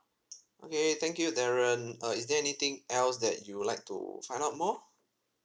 okay thank you darren uh is there anything else that you would like to find out more